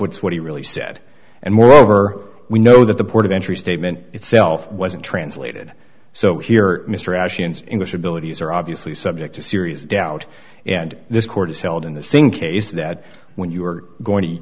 it's what he really said and moreover we know that the port of entry statement itself wasn't translated so here mr ashton's english abilities are obviously subject to serious doubt and this court is held in the sink is that when you are going to